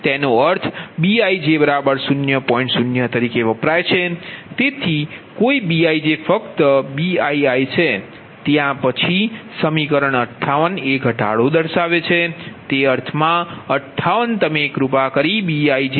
0 તરીકે વપરાય છે તેથી કોઈ Bij ફક્ત Bii છે ત્યાં પછી સમીકરણ 58 એ ઘટાડો છે તે અર્થમાં 58 તમે કૃપા કરી Bij0